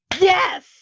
Yes